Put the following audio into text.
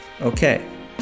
Okay